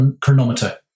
chronometer